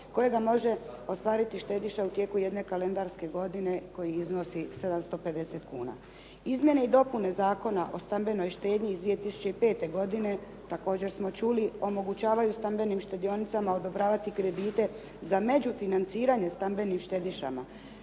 kojega može ostvariti štediša u tijeku jedne kalendarske godine koji iznosi 750 kuna. Izmjene i dopune Zakona o stambenoj štednji iz 2005. godine, također smo čuli, omogućavaju stambenim štedionicama odobravati kredite za međufinanciranje stambenim štedišama.